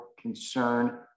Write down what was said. concern